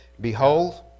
behold